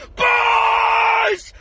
boys